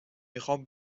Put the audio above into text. میخام